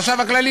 החשב הכללי,